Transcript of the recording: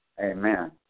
Amen